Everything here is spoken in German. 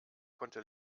konnte